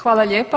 Hvala lijepa.